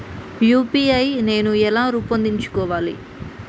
UPI నేను ఎలా రూపొందించుకోవాలి?